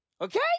Okay